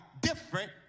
Different